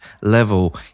level